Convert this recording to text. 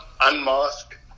Unmasked